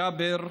ג'אבר,